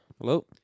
Hello